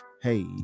hey